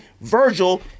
Virgil